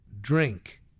drink